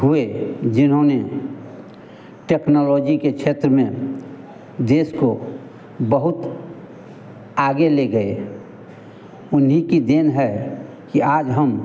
हुए जिन्होंने टेक्नोलॉजी के क्षेत्र में देश को बहुत आगे ले गए उन्हीं की देन है कि आज हम